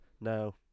no